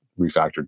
refactored